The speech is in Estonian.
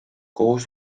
kohus